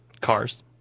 Cars